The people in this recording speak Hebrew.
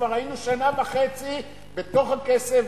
כבר היינו שנה וחצי בתוך הכסף,